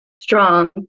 strong